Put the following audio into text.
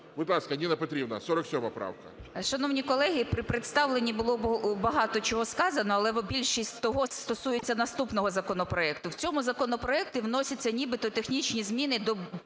Будь ласка, Ніна Петрівна, 47 правка.